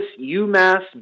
UMass